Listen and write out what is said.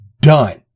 done